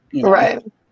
Right